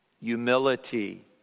humility